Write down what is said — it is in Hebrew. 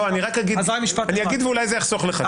אני אגיד ואולי זה יחסוך לך.